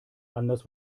anders